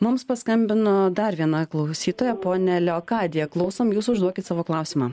mums paskambino dar viena klausytoja ponia leokadija klausom jūsų užduokit savo klausimą